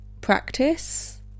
practice